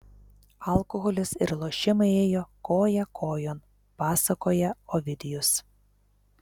alkoholis ir lošimai ėjo koja kojon pasakoja ovidijus